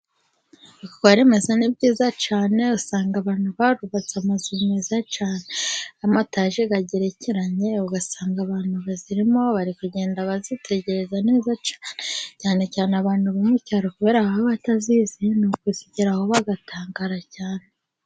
Warimazi ni byiza cyane usanga abantu barubatse amazu meza cyane amataje agerekeranye, ugasanga abantu bazirimo, bari kugenda bazitegereza neza cyane, cyane cyane abantu bo mu cyaro, kubera ko baba batazizi, ni ukuzigeraho bagatangara cyane.